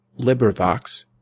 LibriVox